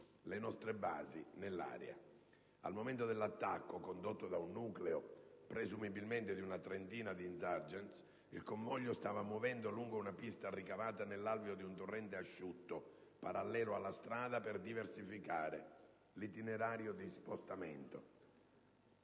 le nostre basi nell'area. Al momento dell'attacco, condotto da un nucleo presumibilmente di una trentina di *insurgents,* il convoglio stava muovendo lungo una pista ricavata nell'alveo di un torrente asciutto, parallelo alla strada, per diversificare l'itinerario di spostamento.